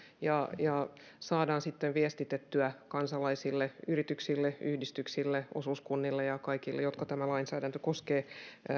ja ja saadaan sitten viestitettyä kansalaisille yrityksille yhdistyksille osuuskunnille ja kaikille joita tämä lainsäädäntö koskee